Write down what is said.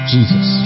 Jesus